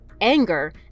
anger